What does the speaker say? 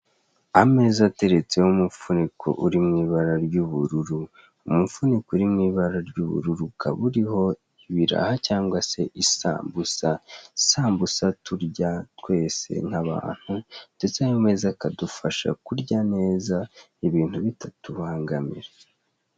Ameza ateretseho umufuniko uri mu ibara ry'ubururu umufuniko uri mwibara ry'ubururu ukaba uriho ibiraha cyangwase isambusa isambusa turya twese nk'abantu, ndetse ameza akadufasha kurya ibinu bitatubangamira.